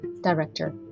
director